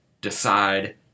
decide